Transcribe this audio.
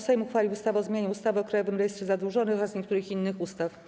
Sejm uchwalił ustawę o zmianie ustawy o Krajowym Rejestrze Zadłużonych oraz niektórych innych ustaw.